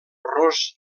ros